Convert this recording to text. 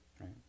right